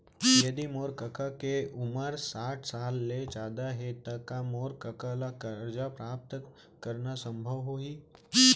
यदि मोर कका के उमर साठ साल ले जादा हे त का मोर कका ला कर्जा प्राप्त करना संभव होही